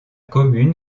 commune